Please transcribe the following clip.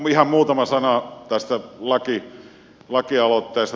ihan muutama sana tästä laista